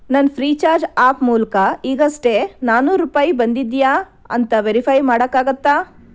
ನನ್ನ Freecharge app ಮೂಲಕ ಈಗಷ್ಟೇ ನಾನ್ನೂರು ರೂಪಾಯಿ ಬಂದಿದೆಯಾ ಅಂತ ವೆರಿಫೈ ಮಾಡಕ್ಕಾಗತ್ತಾ